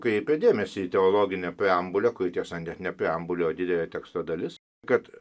kreipia dėmesį į teologinę preambulę kuri tiesa net ne preambulė o didelė teksto dalis kad